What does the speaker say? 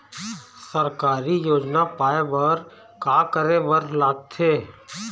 सरकारी योजना पाए बर का करे बर लागथे?